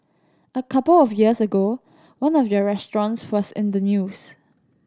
a couple of years ago one of your restaurants was in the news